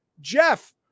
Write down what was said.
Jeff